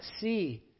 see